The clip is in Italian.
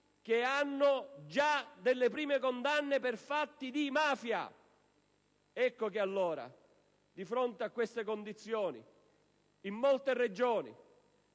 che hanno già subito delle condanne per fatti di mafia! Ecco che allora, di fronte a queste condizioni in molte Regioni